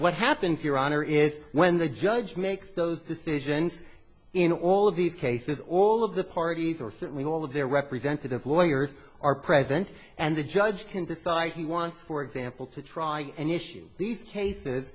what happens your honor is when the judge makes those decisions in all of these cases all of the parties or certainly all of their representative lawyers are present and the judge can decide he wants for example to try and issue these cases